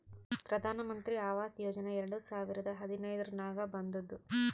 ಪ್ರಧಾನ್ ಮಂತ್ರಿ ಆವಾಸ್ ಯೋಜನಾ ಎರಡು ಸಾವಿರದ ಹದಿನೈದುರ್ನಾಗ್ ಬಂದುದ್